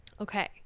okay